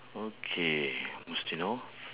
okay whose turn now